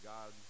God